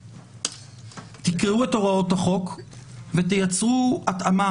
תקראו את הוראות החוק ותייצרו התאמה